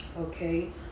okay